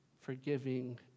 forgiving